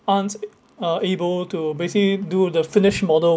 un~ uh ~ able to basically do the finished model